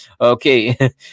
Okay